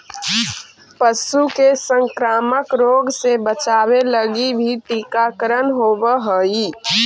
पशु के संक्रामक रोग से बचावे लगी भी टीकाकरण होवऽ हइ